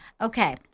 Okay